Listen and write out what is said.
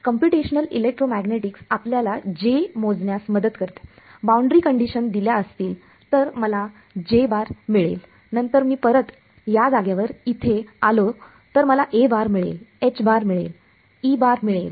तर computational electromagnetics आपल्याला J मोजण्यास मदत करतेबाउंड्री कंडिशन दिल्या असतील तर मला मिळेल नंतर मी परत या जागेवर इथे आलो तर मला मिळेल मिळेल मिळेल